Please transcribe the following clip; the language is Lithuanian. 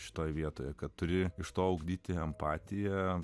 šitoje vietoje kad turi iš to ugdyti empatiją